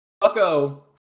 Bucko